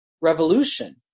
revolution